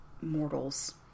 mortals